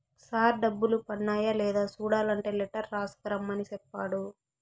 sir డబ్బులు పన్నాయ లేదా సూడలంటే లెటర్ రాసుకు రమ్మని సెప్పాడు